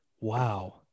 Wow